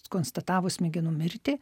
konstatavus smegenų mirtį